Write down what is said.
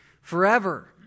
forever